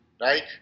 right